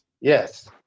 Yes